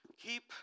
keep